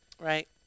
right